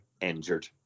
injured